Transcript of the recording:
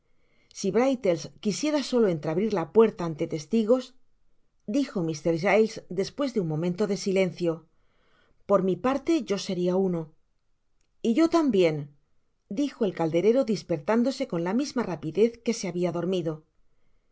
si brittles quisiera solo entreabrir la puerta ante testigos dijo mr giles despues de un momento de silencio por mj parte yo seria uno y yo tambien dijo el calderero dispertándose con la misma rapidez que se habia dormido